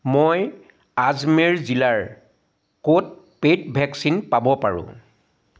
মই আজমেৰ জিলাৰ ক'ত পেইড ভেকচিন পাব পাৰোঁ